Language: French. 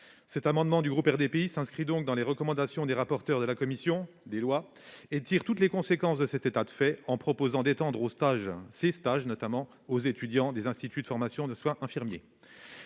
Cet amendement du groupe RDPI s'inscrit donc dans les recommandations des rapporteurs de la commission des lois, et tire toutes les conséquences de cet état de fait, en proposant d'étendre ces stages aux étudiants des instituts de formation de soins infirmiers.